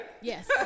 yes